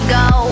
go